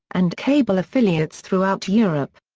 and cable affiliates throughout europe.